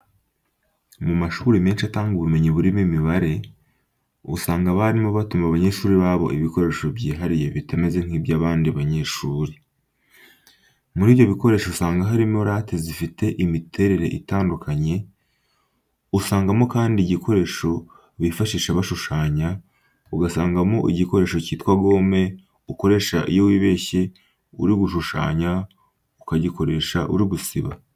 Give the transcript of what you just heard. Mu mashuri menshi atanga ubumenyi burimo imibare, usanga abarimu batuma abanyeshuri babo ibikoresho byihariye bitameze nk'iby'abandi banyeshuri. Muri ibyo bikoresho usanga harimo late zifite imiterere itandukanye, usangamo kandi igikoresho bifashisha bashushanya, ugasangamo igikoresho cyitwa gome ukoresha iyo wibeshye uri gushushanya, ukagikoresha uri gusiba.